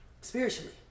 spiritually